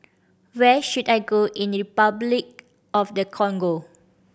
where should I go in Repuclic of the Congo